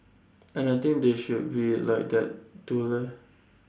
and I think they should be like that too leh